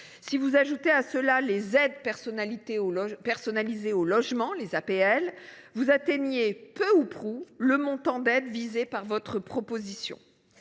Si vous ajoutez à cela les aides personnelles au logement, vous atteignez peu ou prou le montant d’aide visé par votre proposition.